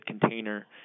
container